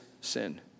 sin